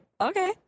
Okay